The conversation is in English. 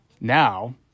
Now